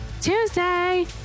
Tuesday